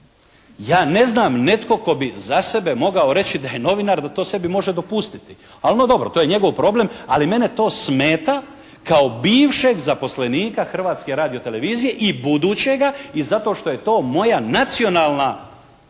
Ja ne znam, netko tko bi za sebe mogao reći da je novinar da to sebi može dopustiti. Ali no dobro, to je njegov problem, ali mene to smeta kao bivšeg zaposlenika Hrvatske radiotelevizije i budućega i zato što je to moja nacionalna